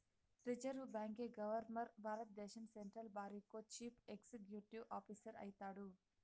reserve bank governor భారద్దేశం central బారికో chief executive officer అయితాడు